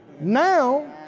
Now